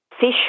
fish